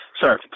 Sir